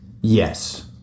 Yes